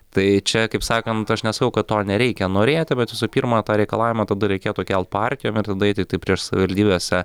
tai čia kaip sakant aš nesakau kad to nereikia norėti bet visų pirma tą reikalavimą tada reikėtų kelt partijom ir tada eiti tai prieš savivaldybėse